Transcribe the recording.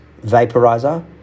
vaporizer